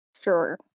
sure